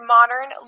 Modern